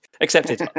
Accepted